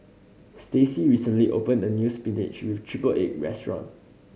Stacey recently opened a new spinach with triple egg restaurant